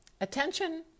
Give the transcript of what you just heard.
Attention